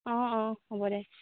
অঁ অঁ হ'ব দে